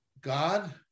God